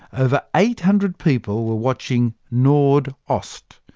over eight hundred people were watching nord ost,